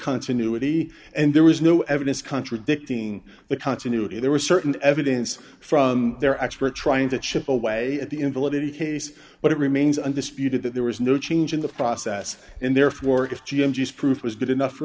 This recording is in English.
continuity and there was no evidence contradicting the continuity there were certain evidence from their expert trying to chip away at the invalidity case but it remains undisputed that there was no change in the process and therefore if g m just proof was good enough for